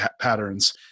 patterns